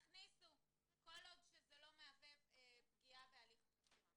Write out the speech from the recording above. תכניסו עם ההסתייגות: כל עוד אין הדבר מהווה פגיעה בהליך החקירה.